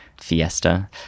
fiesta